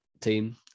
team